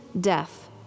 death